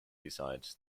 decides